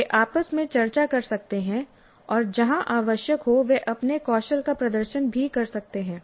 वे आपस में चर्चा कर सकते हैं और जहां आवश्यक हो वे अपने कौशल का प्रदर्शन भी कर सकते हैं